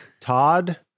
Todd